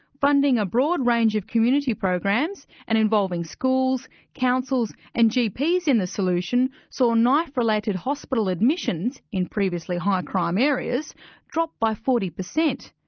funding a broad range of community programs and involving schools, councils and gps in the solution saw so knife-related hospital admissions in previously high-crime areas drop by forty percent.